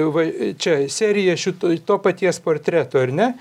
va čia serija šito to paties portreto ar ne